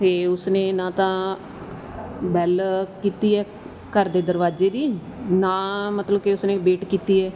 ਅਤੇ ਉਸਨੇ ਨਾ ਤਾਂ ਵੈੱਲ ਕੀਤੀ ਹੈ ਘਰ ਦੇ ਦਰਵਾਜ਼ੇ ਦੀ ਨਾ ਮਤਲਬ ਕਿ ਉਸਨੇ ਵੇਟ ਕੀਤੀ ਹੈ